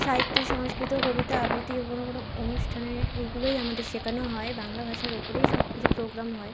সাহিত্য সংস্কৃত কবিতা আবৃত্তি ও কোনো কোনো অনুষ্ঠানে এগুলোই আমাদের শেখানো হয় বাংলা ভাষার ওপরেই সব কিছু প্রোগ্রাম হয়